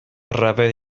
ryfedd